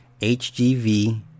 HGV